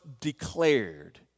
declared